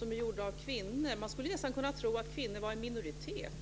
av dessa filmer är gjorda av kvinnor? Man skulle nästan kunna tro att kvinnor är en minoritet.